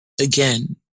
again